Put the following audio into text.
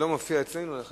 14.5 מיליון קוב מים לשנה,